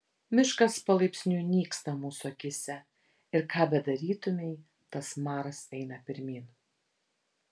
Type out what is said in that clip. miškas palaipsniui nyksta mūsų akyse ir ką bedarytumei tas maras eina pirmyn